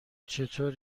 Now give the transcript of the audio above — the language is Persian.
چطور